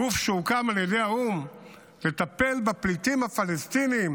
גוף שהוקם על ידי האו"ם לטפל בפליטים הפלסטינים